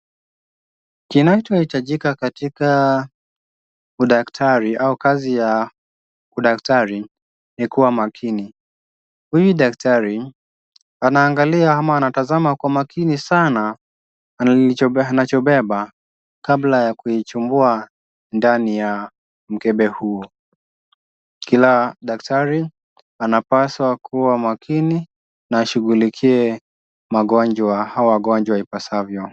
Kinachohitajika katika udaktari au kazi ya udaktari ni kuwa makini. Huyu daktari anaangalia ama anatazama kwa umakini sana analicho anachobeba kabla ya kuichumbuwa ndani ya mkebe huu. Kila daktari anapaswa kuwa makini na ashughulikie magonjwa hawa wagonjwa ipasavyo.